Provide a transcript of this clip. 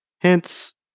Hence